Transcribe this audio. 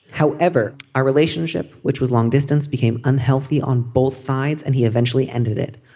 however, our relationship, which was long distance, became unhealthy on both sides and he eventually ended it.